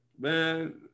Man